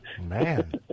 Man